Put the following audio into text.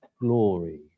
glory